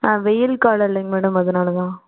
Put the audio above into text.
ஆ வெயில் காலம் இல்லைங்க மேடம் அதனால்தான்